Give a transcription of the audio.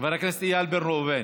חבר הכנסת איל בן ראובן,